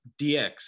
DX